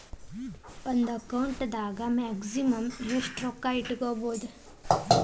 ಒಂದು ಅಕೌಂಟ್ ಒಳಗ ಮ್ಯಾಕ್ಸಿಮಮ್ ಎಷ್ಟು ರೊಕ್ಕ ಇಟ್ಕೋಬಹುದು?